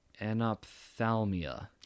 anophthalmia